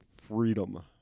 freedom